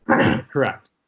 Correct